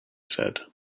said